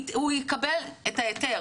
הבנתי.